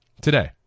Today